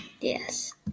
Yes